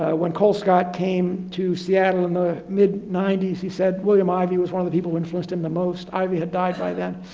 ah when colescott came to seattle in the mid ninety s. he said, william ivey was one of the people who influenced him the most, ivey had died by then.